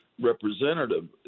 representative